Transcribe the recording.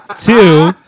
two